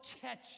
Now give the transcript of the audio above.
catch